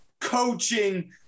coaching